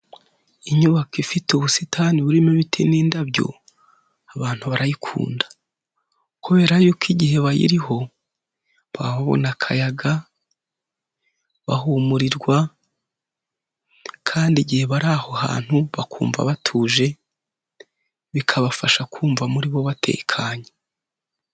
Inyubako ifite ubusitani burimo ibiti n'indabyo, abantu barayikunda, kubera y'uko igihe bayiriho, baba babona akayaga, bahumurirwa, kandi igihe bari aho hantu bakumva batuje, bikabafasha kumva muri bo batekanye.